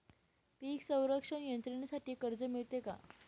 पीक संरक्षण यंत्रणेसाठी कर्ज मिळते का?